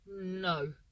no